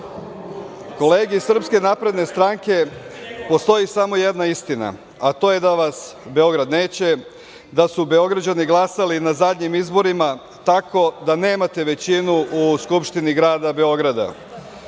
pomaže Bog. Kolege iz SNS, postoji samo jedna istina, a to je da vas Beograd neće, da su Beograđani glasali na zadnjim izborima tako da nemate većinu u Skupštini grada Beograda. Broj